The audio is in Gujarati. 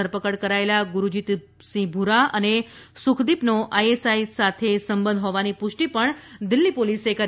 ધરપકડ કરાયેલા ગુરજીતસિંહ ભુરા અને સુખદીપનો ાડા સાથે સંબંધ હોવાની પૃષ્ટિ પણ દિલ્હી પોલીસે કરી છે